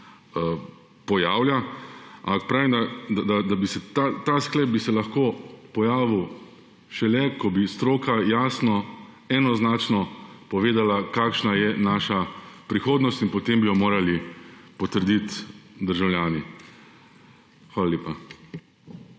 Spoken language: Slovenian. pojavlja, ampak ta sklep bi se lahko pojavil šele, ko bi stroka jasno, enoznačno povedala, kakšna je naša prihodnost, in potem bi jo morali potrditi državljani. Hvala lepa.